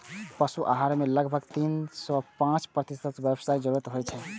पशुक आहार मे लगभग तीन सं पांच प्रतिशत वसाक जरूरत होइ छै